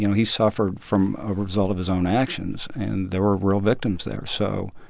you know he suffered from a result of his own actions. and there were real victims there. so.